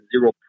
zero